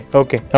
okay